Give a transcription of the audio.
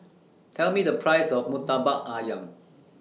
Tell Me The Price of Murtabak Ayam